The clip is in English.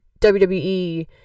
WWE